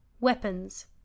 Weapons